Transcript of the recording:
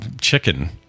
chicken